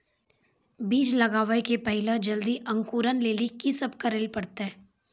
बीज लगावे के पहिले जल्दी अंकुरण लेली की सब करे ले परतै?